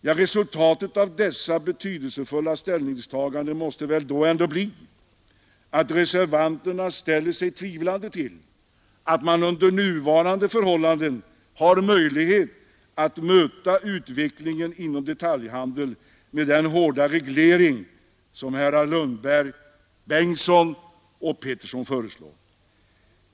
Ja, resultatet av dessa betydelsefulla ställningstaganden måste väl då bli att reservanterna ställer sig tvivlande till att man under nuvarande förhållanden har möjlighet att möta utvecklingen inom detaljhandeln med den hårda reglering som herrar Lundberg, Bengtsson och Petersson föreslår.